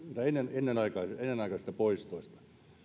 ennenaikaisista ennenaikaisista poistoista